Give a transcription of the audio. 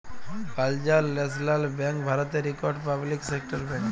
Punjab national bank ভারতের ইকট public sector bank